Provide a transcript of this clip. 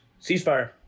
ceasefire